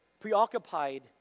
preoccupied